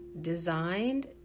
designed